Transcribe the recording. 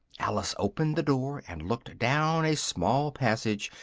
alice opened the door, and looked down a small passage,